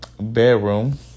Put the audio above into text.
bedroom